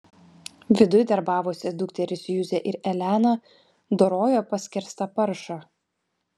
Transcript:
viduj darbavosi dukterys juzė ir elena dorojo paskerstą paršą